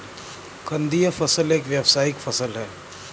कंदीय फसल एक व्यावसायिक फसल है